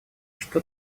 что